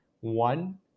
One